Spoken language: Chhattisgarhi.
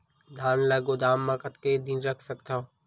धान ल गोदाम म कतेक दिन रख सकथव?